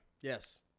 Yes